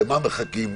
למה מחכים,